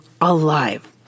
alive